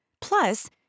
Plus